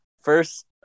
first